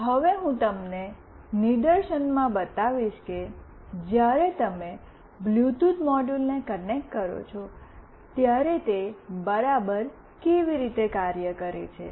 હવે હું તમને નિદર્શનમાં બતાવીશ કે જ્યારે તમે બ્લૂટૂથ મોડ્યુલને કનેક્ટ કરો છો ત્યારે તે બરાબર કેવી રીતે કાર્ય કરે છે